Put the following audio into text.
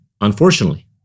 Unfortunately